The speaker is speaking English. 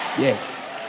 Yes